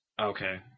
Okay